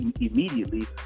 immediately